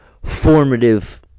Formative